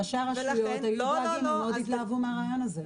ראשי הרשויות היו בעדיהם והתלהבו מאוד מהרעיון הזה.